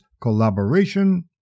collaboration